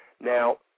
Now